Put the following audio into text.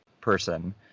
person